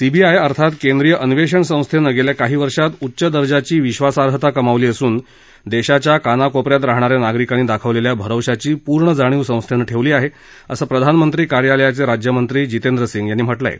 C B I अर्थात केंद्रीय अन्वेषण संस्थेनं गेल्या काही वर्षात उच्च दर्जाची विश्वासार्हता कमावली असून देशाच्या कानाकोपऱ्यात राहणाऱ्या नागरिकांनी दाखवलेल्या भरवशाची पूर्ण जाणीव संस्थेनं ठेवली आहे असं प्रधानमंत्री कार्यालयाचे राज्य मंत्री जितेंद्र सिंग यांनी म्हटलं आहे